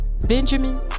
Benjamin